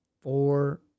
four